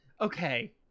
okay